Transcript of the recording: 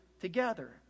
together